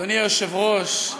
אדוני היושב-ראש,